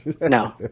No